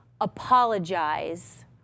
apologize